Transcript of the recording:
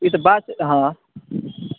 ई तऽ बात हॅं